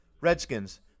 Redskins